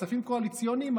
כספים קואליציוניים,